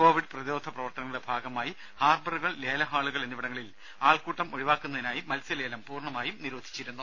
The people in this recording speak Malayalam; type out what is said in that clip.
കോവിഡ് പ്രതിരോധ പ്രവർത്തനങ്ങളുടെ ഭാഗമായി ഹാർബറുകൾ ലേല ഹാളുകൾ എന്നിവിടങ്ങളിൽ ആൾക്കൂട്ടം ഒഴിവാക്കുന്നതിനായി മത്സ്യ ലേലം പൂർണമായും നിരോധിച്ചിരുന്നു